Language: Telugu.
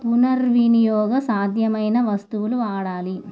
పునర్వినియోగ సాధ్యమైన వస్తువులు వాడాలి